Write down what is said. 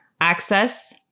access